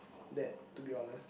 that to be honest